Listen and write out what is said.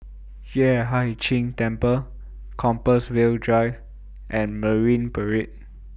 Yueh Hai Ching Temple Compassvale Drive and Marine Parade